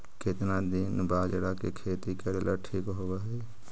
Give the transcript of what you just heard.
केतना दिन बाजरा के खेती करेला ठिक होवहइ?